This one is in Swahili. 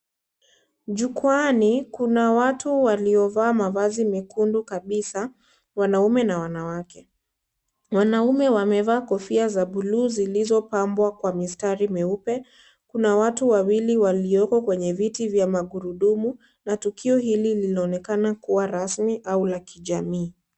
Jukuwani kuna watu waliovaa mavazi mekundu kabisa, wanaume na wanawake. Wanaume wamevaa kofia za blue zilizopambwa kwa mistari mieupe, kuna watu wawili walio kwenye viti vya magurudumu, na tukio hili linaonekana kuwa rasmi au la kijamii.